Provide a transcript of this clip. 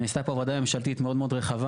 ונעשתה פה עבודה ממשלתי מאוד מאוד רחבה